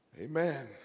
Amen